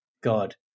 god